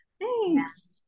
Thanks